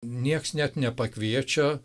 nieks net nepakviečia